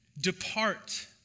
depart